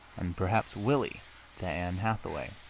and perhaps willie to ann hathaway.